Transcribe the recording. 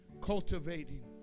cultivating